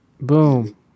boom